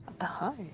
Hi